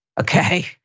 okay